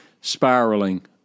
spiraling